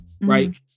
right